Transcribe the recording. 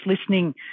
listening